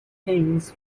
things